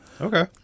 Okay